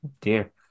dear